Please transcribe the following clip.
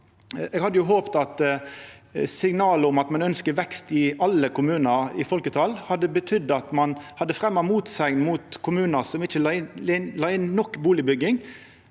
Eg hadde håpt at signal om at ein ønskjer vekst i alle kommunar i folketal, hadde betydd at ein hadde fremja motsegn mot kommunar som ikkje la inn nok bustadbygging,